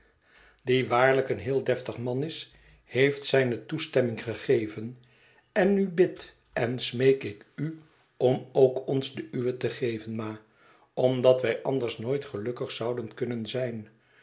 die waarlijk een heel deftig man is heeft zijne toestemming gegeven en nu bid en smeek ik u om ook ons de uwe te geven ma omdat wij anders nooit gelukkig zouden kunnen zijn